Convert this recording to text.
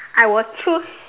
I will choose